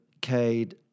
Cade